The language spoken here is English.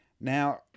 Now